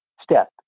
Step